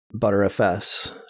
ButterFS